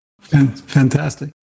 Fantastic